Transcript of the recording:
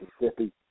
Mississippi